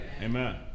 Amen